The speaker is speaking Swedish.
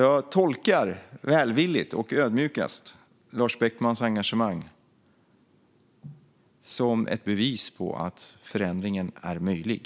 Jag tolkar välvilligt och ödmjukast Lars Beckmans engagemang som ett bevis på att förändringen är möjlig.